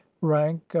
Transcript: rank